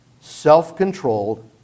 self-controlled